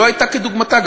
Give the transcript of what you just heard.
שלא הייתה דוגמתה.